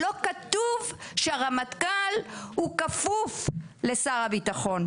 לא כתוב שהרמטכ"ל כפוף לשר הביטחון.